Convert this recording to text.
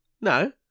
No